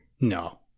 No